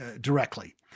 directly